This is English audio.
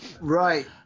Right